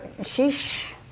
sheesh